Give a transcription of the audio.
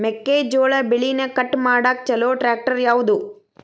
ಮೆಕ್ಕೆ ಜೋಳ ಬೆಳಿನ ಕಟ್ ಮಾಡಾಕ್ ಛಲೋ ಟ್ರ್ಯಾಕ್ಟರ್ ಯಾವ್ದು?